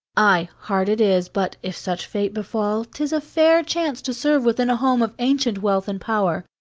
ay, hard it is, but, if such fate befall, tis a fair chance to serve within a home of ancient wealth and power.